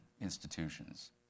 institutions